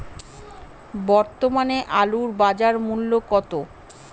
বর্তমানে আলুর বাজার মূল্য কত?